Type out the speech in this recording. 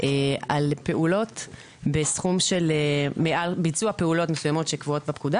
על ביצוע פעולות מסוימות שקבועות בפקודה,